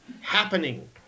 happening